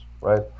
right